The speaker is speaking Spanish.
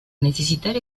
necesitar